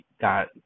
got